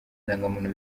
indangamuntu